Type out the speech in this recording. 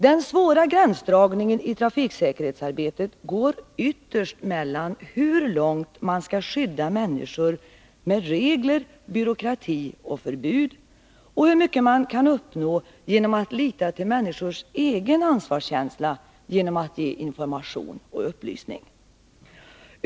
Den svåra gränsdragningen i trafiksäkerhetsarbetet går ytterst mellan hur långt man skall skydda människor med regler, byråkrati och förbud och hur mycket man kan uppnå genom att lita till människors egen ansvarskänsla genom att ge information och upplysning.